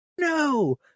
No